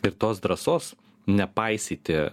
ir tos drąsos nepaisyti